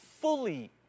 fully